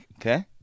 okay